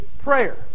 prayer